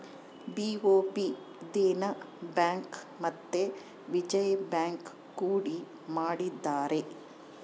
BOB Dena bank ಮತ್ತೆ Vijaya bank ಕೂಡಿ ಮಾಡಿದರೆ